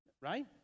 right